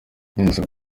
njye